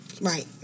Right